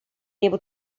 able